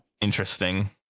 interesting